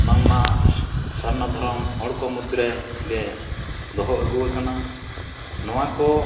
ᱵᱟᱝᱢᱟ ᱥᱟᱨᱱᱟ ᱫᱷᱚᱨᱚᱢ ᱦᱚᱲ ᱠᱚ ᱢᱩᱫᱽᱨᱮ ᱜᱮ ᱫᱚᱦᱚ ᱟᱹᱜᱩ ᱟᱠᱟᱱᱟ ᱱᱚᱣᱟ ᱠᱚ